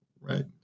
right